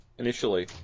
Initially